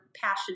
passion